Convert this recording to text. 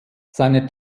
seine